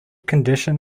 condition